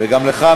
גם לך,